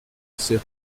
assez